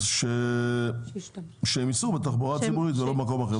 אז שהם ייסעו בתחבורה הציבורית ולא במקום אחר,